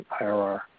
IRR